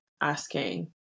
asking